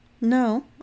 No